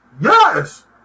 Yes